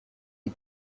die